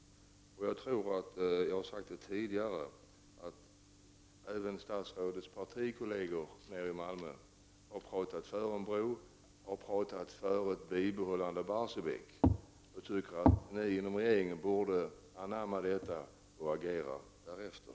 Även statsrådets kolleger i Malmö har, som jag tidigare sagt, talat för en bro och för ett bibehållande av Barsebäck. Därför tycker jag att ni i regeringen borde anamma detta och agera därefter.